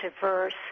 diverse